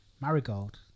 Marigold